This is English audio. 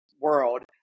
world